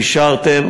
אישרתם.